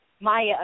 Maya